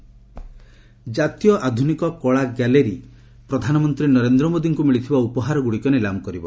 PM gift auction ଜାତୀୟ ଆଧୁନିକ କଳା ଗ୍ୟାଲେରୀ ପ୍ରଧାନମନ୍ତ୍ରୀ ନରେନ୍ଦ୍ର ମୋଦିଙ୍କୁ ମିଳିଥିବା ଉପହାରଗୁଡ଼ିକ ନିଲାମ କରିବ